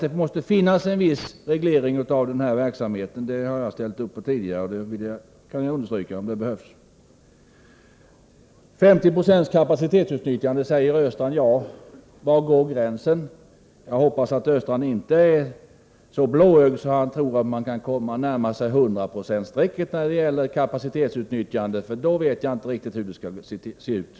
Det måste finnas en viss reglering av den här verksamheten — det har jag ställt upp på tidigare, det kan jag understryka om det behövs. 50 70 kapacitetsutnyttjande, säger Olle Östrand. Var går gränsen? Jag hoppas att Olle Östrand inte är så blåögd att han tror att man kan närma sig hundraprocentsstrecket när det gäller kapacitetsutnyttjandet, för då vet jag inte riktigt hur det skall se ut.